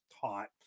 taught